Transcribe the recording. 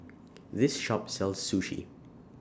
This Shop sells Sushi